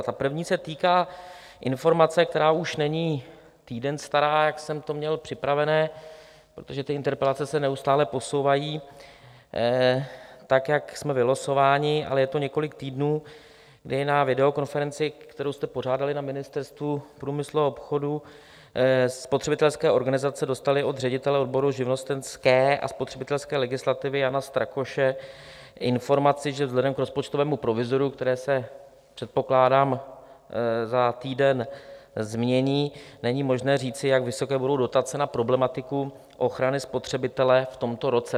Ta první se týká informace, která už není týden stará, jak jsem to měl připravené protože ty interpelace se neustále posouvají, tak jak jsme vylosováni ale je to několik týdnů, kdy na videokonferenci, kterou jste pořádali na Ministerstvu průmyslu a obchodu, spotřebitelské organizace dostaly od ředitele odboru živnostenské a spotřebitelské legislativy Jana Strakoše informaci, že vzhledem k rozpočtovému provizoriu, které se, předpokládám, za týden změní, není možné říci, jak vysoké budou dotace na problematiku ochrany spotřebitele v tomto roce.